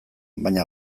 baina